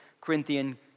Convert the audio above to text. Corinthian